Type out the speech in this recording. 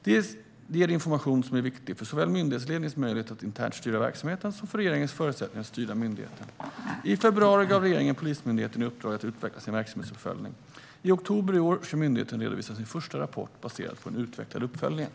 Det ger information som är viktig för såväl myndighetsledningens möjlighet att internt styra verksamheten som regeringens förutsättningar att styra myndigheten. I februari gav regeringen Polismyndigheten i uppdrag att utveckla sin verksamhetsuppföljning. I oktober i år ska myndigheten redovisa sin första rapport baserad på den utvecklade uppföljningen.